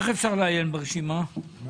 אני